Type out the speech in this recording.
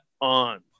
on